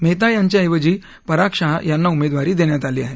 मेहता यांच्याऐवजी पराग शहा यांना उमेदवारी देण्यात आली आहे